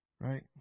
Right